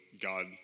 God